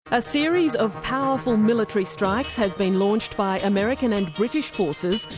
a series of powerful military strikes has been launched by american and british forces,